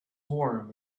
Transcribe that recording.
warm